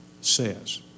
says